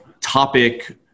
topic